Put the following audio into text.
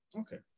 Okay